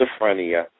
Schizophrenia